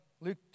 Luke